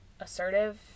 assertive